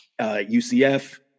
UCF